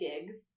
gigs